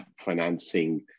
financing